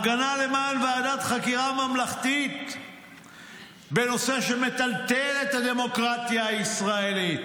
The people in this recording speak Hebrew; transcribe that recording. הפגנה למען ועדת חקירה ממלכתית בנושא שמטלטל את הדמוקרטיה הישראלית.